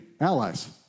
Allies